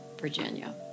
Virginia